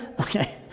Okay